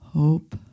Hope